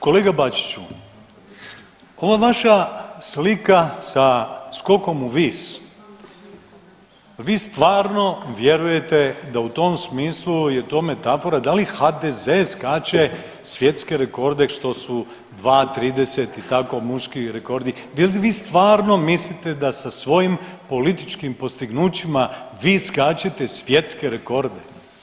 Kolega Bačiću, ova vaša slika sa skokom uvis, vi stvarno vjerujete da u tom smislu je to metafora, da li HDZ skače svjetske rekorde što su 2,30 i tako, muški rekordi, je li vi stvarno mislite da sa svojim političkim postignućima vi skačete svjetske rekorde?